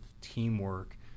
teamwork